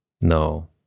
No